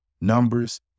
Numbers